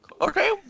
Okay